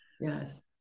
Yes